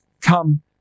come